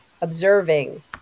observing